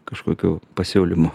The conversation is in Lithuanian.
kažkokių pasiūlymų